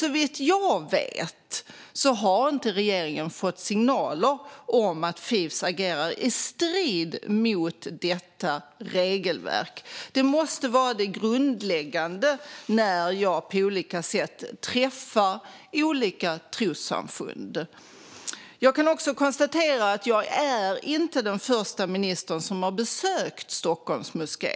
Såvitt jag vet har inte regeringen fått signaler om att Fifs agerar i strid mot detta regelverk. Det måste vara det grundläggande när jag på lika sätt träffar olika trossamfund. Jag kan också konstatera att jag inte är den första ministern som har besökt Stockholms moské.